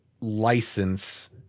license